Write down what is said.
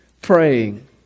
praying